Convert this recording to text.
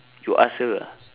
you ask her ah